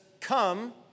come